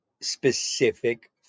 specific